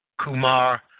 Kumar